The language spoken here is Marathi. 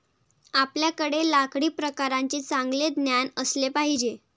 आपल्याकडे लाकडी प्रकारांचे चांगले ज्ञान असले पाहिजे